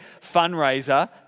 fundraiser